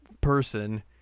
person